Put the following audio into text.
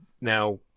now